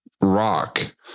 rock